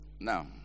Now